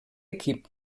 equip